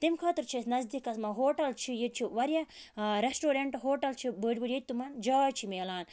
تمہِ خٲطرٕ چھِ اَسہِ نزدیٖکَس منٛز ہوٹَل چھِ ییٚتہِ چھِ واریاہ رٮ۪سٹورٮ۪نٛٹ ہوٹَل چھِ بٔڑۍ بٔڑۍ ییٚتہِ تمَن جاے چھِ ملان